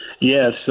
Yes